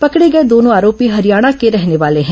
पकड़े गए दोनों आरोपी हरियाणा के रहने वाले हैं